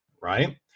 right